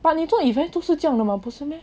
but 你做 event 都是这样的吗不是 meh